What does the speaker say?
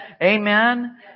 Amen